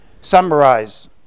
summarize